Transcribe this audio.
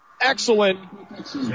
excellent